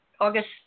August